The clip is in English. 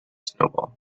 snowball